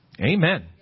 Amen